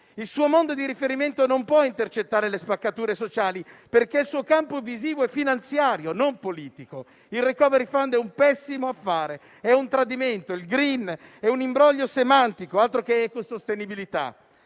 Il suo mondo di riferimento non può intercettare le spaccature sociali, perché il suo campo visivo è finanziario e non politico; il *recovery* *fund* è un pessimo affare; è un tradimento. Il *green* è un imbroglio semantico, altro che ecosostenibilità!